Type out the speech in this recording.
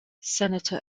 senator